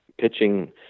pitching